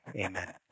Amen